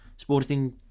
Sporting